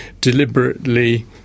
deliberately